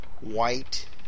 white